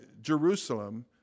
Jerusalem